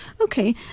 Okay